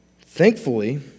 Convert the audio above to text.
Thankfully